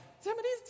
somebody's